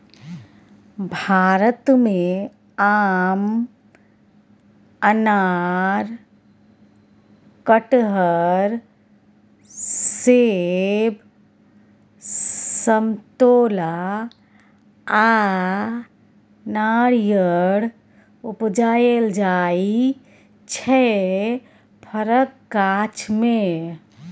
भारत मे आम, अनार, कटहर, सेब, समतोला आ नारियर उपजाएल जाइ छै फरक गाछ मे